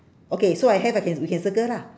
okay so I have I can we can circle lah